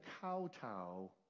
kowtow